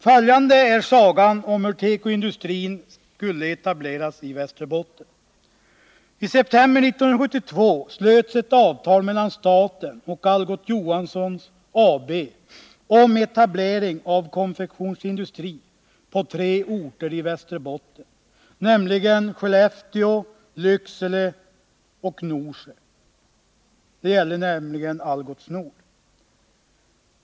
Följande är sagan om hur tekoindustrin skulle etableras i Västerbotten. I september 1972 slöts ett avtal mellan staten och Algot Johansson AB om etablering av konfektionsindustri på tre orter i Västerbotten, nämligen Skellefteå, Lycksele och Norsjö. Det gällde Algots Nord AB.